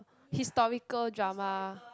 historical drama